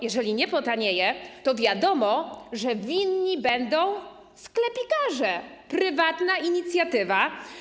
Jeżeli nie potanieje, to wiadomo, że winni będą sklepikarze, prywatna inicjatywa.